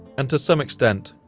and to some extent,